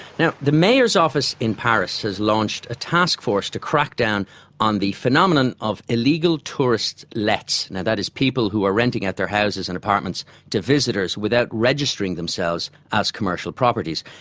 now, the mayor's office in paris has launched a task force to crack down on the phenomenon of illegal tourist lets. that is people who are renting out their houses and apartments to visitors without registering themselves as commercial properties.